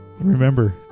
remember